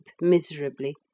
miserably